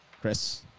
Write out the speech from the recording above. Chris